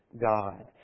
God